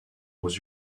aux